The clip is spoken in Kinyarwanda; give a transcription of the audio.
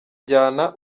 njyana